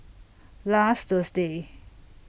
last Thursday